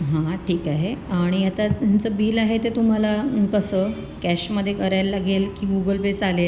हां हां ठीक आहे आणि आता तुमचं बिल आहे ते तुम्हाला कसं कॅशमध्ये करायला लागेल की गुगल पे चालेल